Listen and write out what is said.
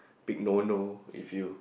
big no no if you